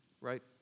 Right